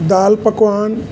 दाल पकवान